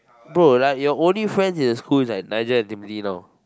bro like your only friends in the school is like Nigel and Timothy now